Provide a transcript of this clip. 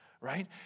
right